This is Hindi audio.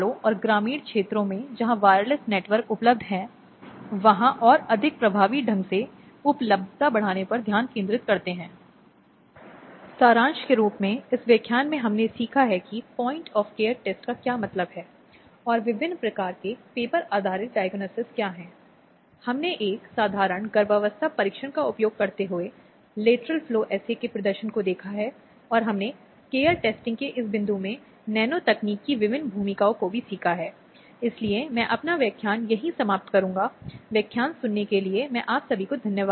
अब ऐसा कहते हुए हम अगले व्याख्यान में बलात्कार के अपराध के नए रूपों और अपराध के नए रूपों को देखेंगे जो कि शामिल हैं आप जानते हैं इसके कुछ प्रक्रियात्मक पहलुओं और फिर महिलाओं की सुरक्षा में गैर सरकारी संगठनों नागरिक संस्था आदि की भूमिका और फिर कानून के तहत दिए गए संरक्षण के लिए आगे बढ़ते हैं